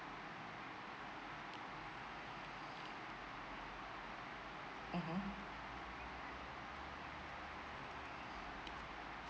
mmhmm